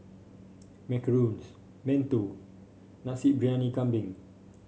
macarons mantou Nasi Briyani Kambing